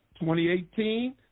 2018